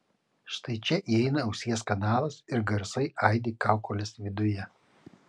štai čia įeina ausies kanalas ir garsai aidi kaukolės viduje